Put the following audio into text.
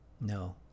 No